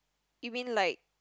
you mean like